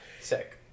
Sick